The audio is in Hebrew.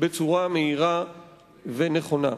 בצורה מהירה ונכונה.